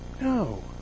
No